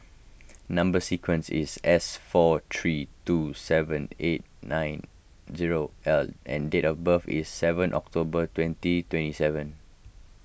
Number Sequence is S four three two seven eight nine zero L and date of birth is seven October twenty twenty seven